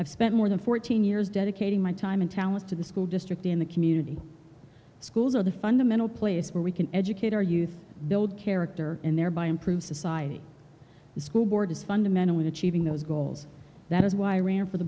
i've spent more than fourteen years dedicating my time and talents to the school district in the community schools are the fundamental place where we can educate our youth build character and thereby improve society the school board is fundamental in achieving those goals that is why i ran for the